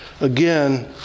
again